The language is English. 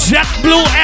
JetBlue